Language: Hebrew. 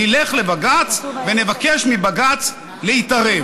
נלך לבג"ץ ונבקש מבג"ץ להתערב.